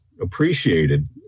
appreciated